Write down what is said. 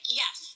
yes